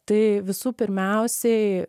tai visų pirmiausiai